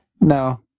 No